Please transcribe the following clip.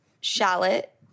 shallot